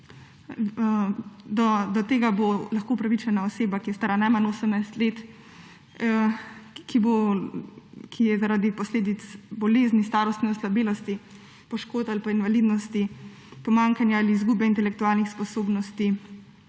Do tega bo lahko upravičena oseba, ki je stara najmanj 18 let, ki je zaradi posledic bolezni, starostne oslabelosti, poškodb ali pa invalidnosti, pomanjkanja ali izgube intelektualnih sposobnosti